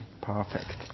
Perfect